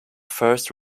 first